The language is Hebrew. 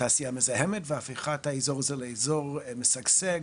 תעשייה מזהמת והפיכת האזור הזה לאזור משגשג,